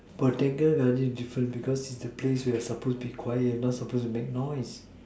botanical garden is different because it's a place you supposed to be quiet you are not suppose to make noise